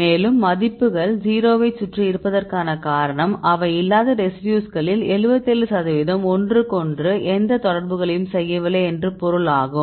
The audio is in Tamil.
மேலும் மதிப்புகள் 0 ஐ சுற்றி இருப்பதற்கான காரணம் அவை இல்லாத ரெசிடியூக்களில் 77 சதவீதம் ஒன்றுக்கொன்று எந்த தொடர்புகளையும் செய்யவில்லை என்று பொருள் ஆகும்